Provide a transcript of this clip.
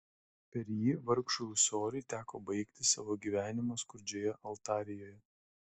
per jį vargšui ūsoriui teko baigti savo gyvenimą skurdžioje altarijoje